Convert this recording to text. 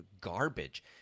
garbage